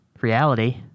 reality